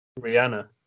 rihanna